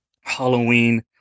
Halloween